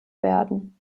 werden